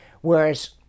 Whereas